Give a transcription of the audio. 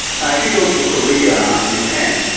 now if you go to korea and japan,